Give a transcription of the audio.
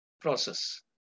process